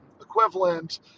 equivalent